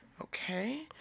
Okay